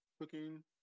cooking